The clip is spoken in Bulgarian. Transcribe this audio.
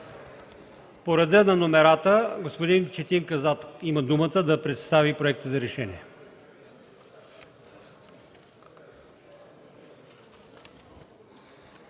По реда на номерата господин Четин Казак има думата да представи проекта на решение.